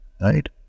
Right